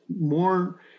more